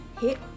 HIT